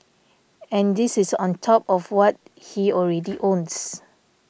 and this is on top of what he already owns